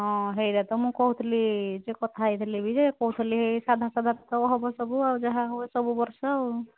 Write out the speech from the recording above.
ହଁ ହେଇଟା ତ ମୁଁ କହୁଥିଲି ଯେ କଥା ହେଇଥିଲି ବି ଯେ କହୁଥିଲି ସାଧା ସାଧା ତ ହବ ସବୁ ଆଉ ଯାହା ହ ସବୁ ବର୍ଷ ଆଉ